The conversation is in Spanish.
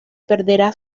perderá